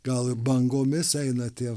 gal ir bangomis eina tie